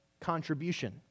contribution